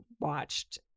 watched